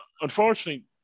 Unfortunately